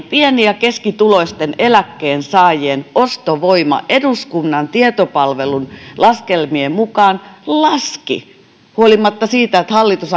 pieni ja keskituloisten eläkkeensaajien ostovoima eduskunnan tietopalvelun laskelmien mukaan laski huolimatta siitä että hallitus